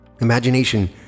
Imagination